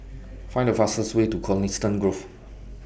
Find The fastest Way to Coniston Grove